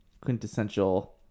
quintessential